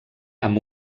amb